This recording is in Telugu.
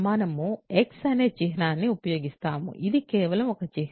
మనము x అనే చిహ్నాన్ని ఉపయోగిస్తాము ఇది కేవలం ఒక చిహ్నం